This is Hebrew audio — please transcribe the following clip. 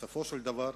בסופו של דבר,